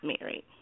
married